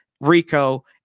Rico